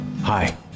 Hi